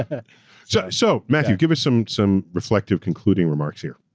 ah so so, matthew, give us some some reflective concluding remarks here.